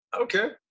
Okay